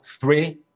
three